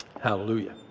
Hallelujah